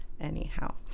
Anyhow